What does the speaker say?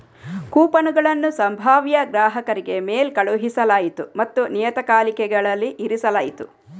ಕೂಪನುಗಳನ್ನು ಸಂಭಾವ್ಯ ಗ್ರಾಹಕರಿಗೆ ಮೇಲ್ ಕಳುಹಿಸಲಾಯಿತು ಮತ್ತು ನಿಯತಕಾಲಿಕೆಗಳಲ್ಲಿ ಇರಿಸಲಾಯಿತು